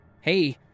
hey